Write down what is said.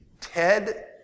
Ted